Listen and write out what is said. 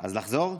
אז לחזור?